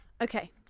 Okay